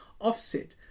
offset